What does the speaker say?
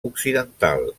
occidental